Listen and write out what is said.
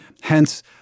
Hence